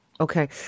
Okay